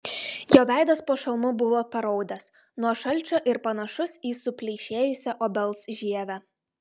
jo veidas po šalmu buvo paraudęs nuo šalčio ir panašus į supleišėjusią obels žievę